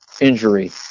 injury